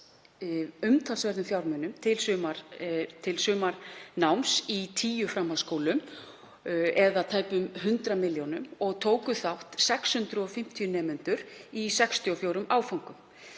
umtalsverða fjármuni til sumarnáms í tíu framhaldsskólum eða tæpar 100 milljónir og tóku þátt 650 nemendur í 64 áföngum.